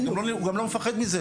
הוא גם לא מפחד מזה.